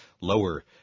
Lower